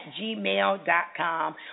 gmail.com